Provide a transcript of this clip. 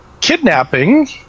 Kidnapping